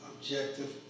objective